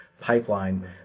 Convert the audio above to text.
pipeline